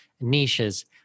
niches